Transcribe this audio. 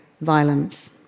violence